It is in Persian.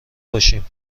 باشیم